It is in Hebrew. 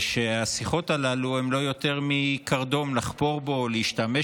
ושהשיחות הללו הן לא יותר מקרדום לחפור בו או להשתמש